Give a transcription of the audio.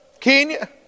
Kenya